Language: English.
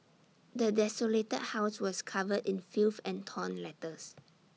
the desolated house was covered in filth and torn letters